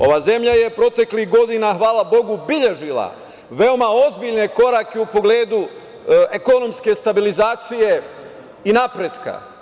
Ova zemlja je proteklih godina, hvala Bogu, beležila veoma ozbiljne korake u pogledu ekonomske stabilizacije i napretka.